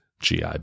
GI